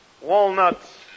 walnuts